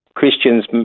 Christians